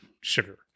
sugar